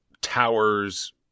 towers